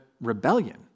rebellion